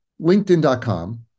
linkedin.com